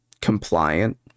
compliant